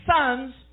sons